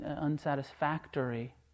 unsatisfactory